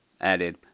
added